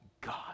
God